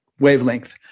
wavelength